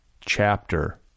chapter